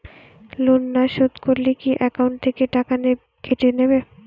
Loan না শোধ করলে কি একাউন্ট থেকে টাকা কেটে নেবে?